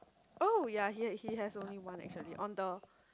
oh you are he he has only one actually on the